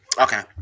Okay